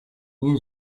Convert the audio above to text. you